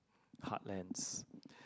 heartlands